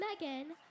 Megan